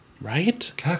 Right